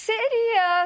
Seria